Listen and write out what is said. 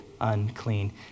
unclean